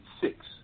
six